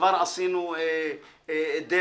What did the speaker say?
כבר עשינו דרך.